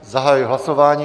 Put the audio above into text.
Zahajuji hlasování.